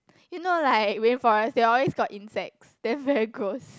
you know like rain forest they always got insects that's very gross